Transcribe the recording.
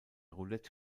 roulette